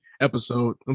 episode